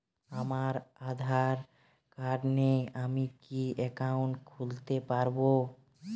আমার আধার কার্ড নেই আমি কি একাউন্ট খুলতে পারব?